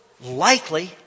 likely